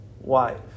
wife